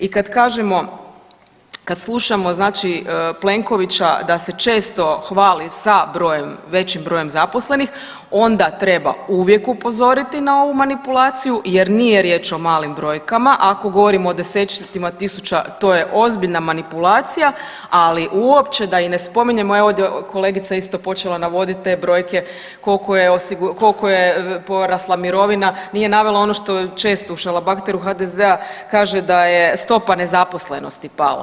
I kad kažemo, kad slušamo znači Plenkovića da se često hvali sa brojem, većim brojem zaposlenih onda treba uvijek upozoriti na ovu manipulaciju jer nije riječ o malim brojkama ako govorimo od 10-cima tisuća to je ozbiljna manipulacija, ali uopće da i ne spominjemo evo ovdje kolegica isto počela navoditi te brojke koliko je osigurano, koliko je porasla mirovina, nije navela ono što često u šalabahteru HDZ-a kaže da je stopa nezaposlenosti pala.